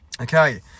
Okay